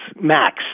max